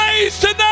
tonight